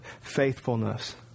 faithfulness